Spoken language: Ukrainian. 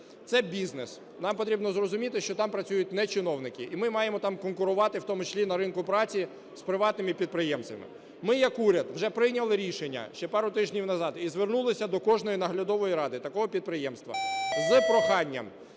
Це бізнес. Нам треба зрозуміти, що там працюють не чиновники і ми маємо там конкурувати, в тому числі на ринку праці, з приватними підприємцями. Ми як уряд вже прийняли рішення ще пару тижнів назад і звернулися до кожної наглядової ради такого підприємства з проханням